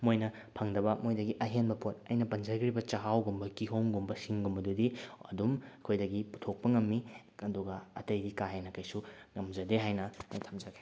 ꯃꯣꯏꯅ ꯐꯪꯗꯕ ꯃꯣꯏꯗꯒꯤ ꯑꯍꯦꯟꯕ ꯄꯣꯠ ꯑꯩꯅ ꯄꯟꯖꯈ꯭ꯔꯤꯕ ꯆꯥꯛꯍꯥꯎꯒꯨꯝꯕ ꯀꯤꯍꯣꯝꯒꯨꯝꯕ ꯁꯤꯡꯒꯨꯝꯕꯗꯨꯗꯤ ꯑꯗꯨꯝ ꯑꯩꯈꯣꯏꯗꯒꯤ ꯄꯨꯊꯣꯛꯄ ꯉꯝꯃꯤ ꯑꯗꯨꯒ ꯑꯇꯩꯗꯤ ꯀꯥꯍꯦꯟꯅ ꯀꯩꯁꯨ ꯉꯝꯖꯗꯦ ꯍꯥꯏꯅ ꯑꯩ ꯊꯝꯖꯒꯦ